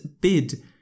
bid